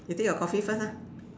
you take your coffee first ah